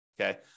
Okay